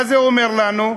מה זה אומר לנו?